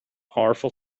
powerful